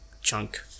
chunk